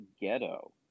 Ghetto